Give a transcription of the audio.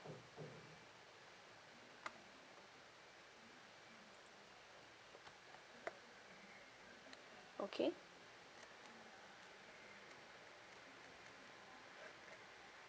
okay